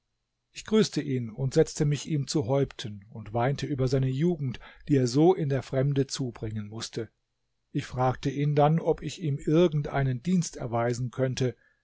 ich grüßte ihn und setzte mich ihm zu häupten und weinte über seine jugend die er so in der fremde zubringen mußte ich fragte ihn dann ob ich ihm irgend einen dienst erweisen könnte